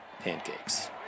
Pancakes